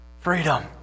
Freedom